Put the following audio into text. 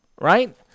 right